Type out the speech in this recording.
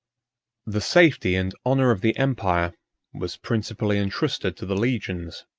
the safety and honor of the empire was principally intrusted to the legions,